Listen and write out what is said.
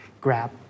grab